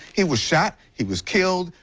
he was shot, he was killed.